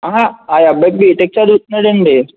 అహ ఆ అబ్బాయి బీటెక్ చదువుతున్నాడు అండి